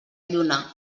lluna